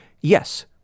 yes